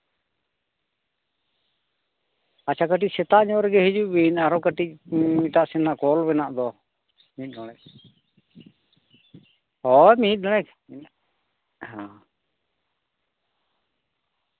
ᱟᱪᱪᱷᱟ ᱠᱟᱹᱴᱤᱡ ᱥᱮᱛᱟᱜ ᱧᱚᱜ ᱨᱮᱜᱮ ᱦᱤᱡᱩᱜ ᱵᱤᱱ ᱟᱨᱚ ᱠᱟᱹᱴᱤᱡ ᱮᱴᱟᱜ ᱥᱮᱫ ᱱᱟᱜ ᱠᱚᱞ ᱢᱮᱱᱟᱜ ᱫᱚ ᱢᱤᱫ ᱦᱳᱭ ᱢᱤᱫ ᱰᱚᱸᱰᱮᱠ ᱢᱮᱱᱟᱜᱼᱟ ᱦᱳᱭ